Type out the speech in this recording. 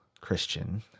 Christian